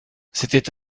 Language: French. c’était